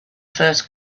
first